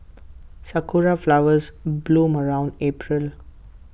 Sakura Flowers bloom around April